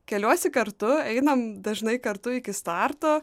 keliuosi kartu einam dažnai kartu iki starto